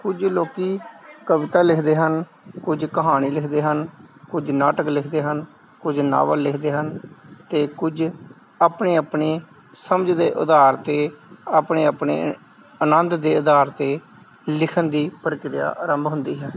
ਕੁਝ ਲੋਕ ਕਵਿਤਾ ਲਿਖਦੇ ਹਨ ਕੁਝ ਕਹਾਣੀ ਲਿਖਦੇ ਹਨ ਕੁਝ ਨਾਟਕ ਲਿਖਦੇ ਹਨ ਕੁਝ ਨਾਵਲ ਲਿਖਦੇ ਹਨ ਅਤੇ ਕੁਝ ਆਪਣੀ ਆਪਣੀ ਸਮਝ ਦੇ ਅਧਾਰ 'ਤੇ ਆਪਣੇ ਆਪਣੇ ਆਨੰਦ ਦੇ ਅਧਾਰ 'ਤੇ ਲਿਖਣ ਦੀ ਪ੍ਰਕਿਰਿਆ ਆਰੰਭ ਹੁੰਦੀ ਹੈ